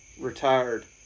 retired